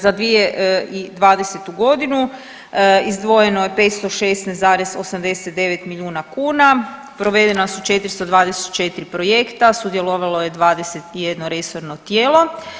Za 2020. godinu izdvojeno je 516,89 milijuna kuna, provedena su 424 projekta, sudjelovalo je 21 resorno tijelo.